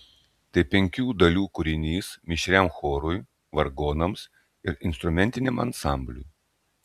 tai penkių dalių kūrinys mišriam chorui vargonams ir instrumentiniam ansambliui